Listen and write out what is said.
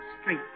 Street